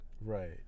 Right